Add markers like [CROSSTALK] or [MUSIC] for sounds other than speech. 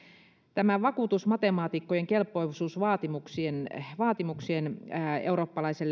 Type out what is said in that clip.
tämä vakuutusmatemaatikkojen kelpoisuusvaatimusten täydentäminen suomalaisessa lainsäädännössä eurooppalaista [UNINTELLIGIBLE]